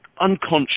unconscious